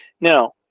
Now